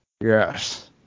yes